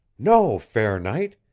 no, fair knight,